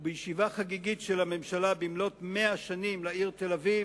ובישיבה חגיגית של הממשלה במלאות 100 שנים לעיר תל-אביב